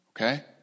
Okay